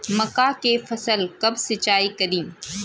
मका के फ़सल कब सिंचाई करी?